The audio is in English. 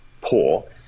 poor